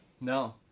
No